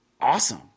awesome